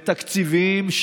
ותקציביים,